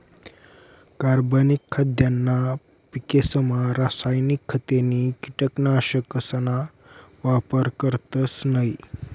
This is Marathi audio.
कार्बनिक खाद्यना पिकेसमा रासायनिक खते नी कीटकनाशकसना वापर करतस नयी